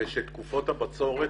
וכי תקופות הבצורת,